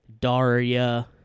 Daria